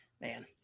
Man